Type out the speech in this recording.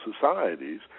societies